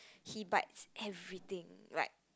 he pipes every thing like